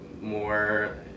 more